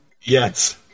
Yes